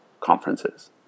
conferences